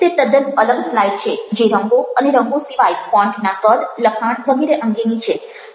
તે તદ્દન અલગ સ્લાઈડ છે જે રંગો અને રંગો સિવાય ફોન્ટ ના કદ લખાણ વગેરે અંગેની છે